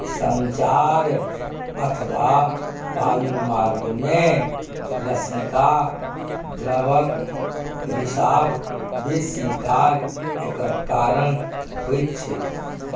संचार अथबा बायुमार्गमे लसीका द्रवक रिसाव बेसी काल एकर कारण होइत छैक